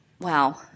Wow